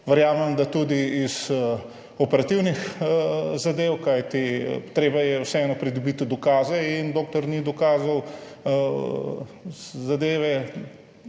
Verjamem, da tudi zaradi operativnih zadev, kajti treba je vseeno pridobiti dokaze in dokler ni dokazov, zadeve,